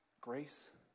grace